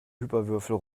hyperwürfel